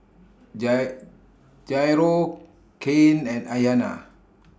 Jairo Cain and Ayana